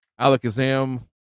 Alakazam